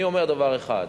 אני אומר דבר אחד,